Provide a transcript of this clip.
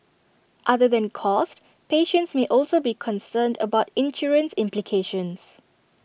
other than cost patients may also be concerned about insurance implications